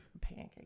Pancake